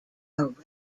are